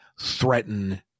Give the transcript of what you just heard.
threaten